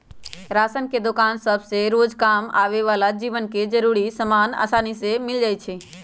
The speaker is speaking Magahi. राशन के दोकान सभसे रोजकाम आबय बला के जीवन के जरूरी समान असानी से मिल जाइ छइ